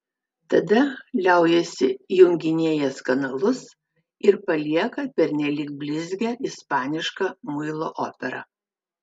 tada liaujasi junginėjęs kanalus ir palieka pernelyg blizgią ispanišką muilo operą